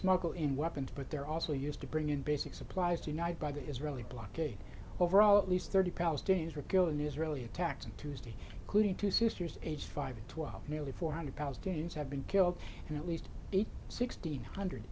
smuggle in weapons but they're also used to bring in basic supplies denied by the israeli blockade overall at least thirty palestinians were killed in israeli attacks on tuesday could in two sisters age five twelve nearly four hundred palestinians have been killed and at least sixteen hundred